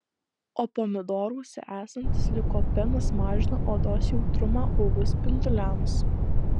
o pomidoruose esantis likopenas mažina odos jautrumą uv spinduliams